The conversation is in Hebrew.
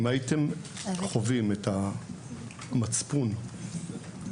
אם הייתם יכולים לדמיין את המצפון שלהם,